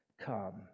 come